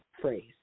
phrase